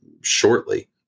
shortly